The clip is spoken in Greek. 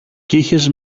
είχες